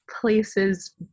places